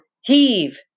Heave